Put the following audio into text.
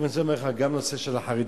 אגב, אני רוצה לומר לך, גם הנושא של החרדים.